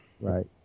Right